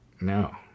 No